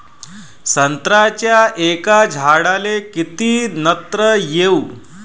संत्र्याच्या एका झाडाले किती नत्र देऊ?